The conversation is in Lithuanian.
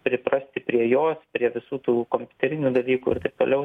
priprasti prie jos prie visų tų kompiuterinių dalykų ir taip toliau